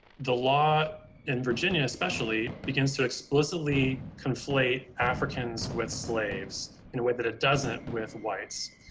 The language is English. the law in virginia, especially, begins to explicitly conflate africans with slaves in a way that it doesn't with whites.